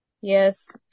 Yes